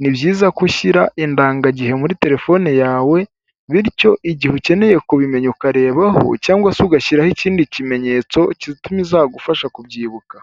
ni byiza ko ushyira indangagihe muri telefone yawe bityo igihe ukeneye kubimenya ukarebaho cyangwa se ugashyiraho ikindi kimenyetso gituma izagufasha kubyibuka.